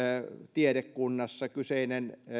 tiedekunnassa kyseinen